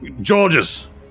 Georges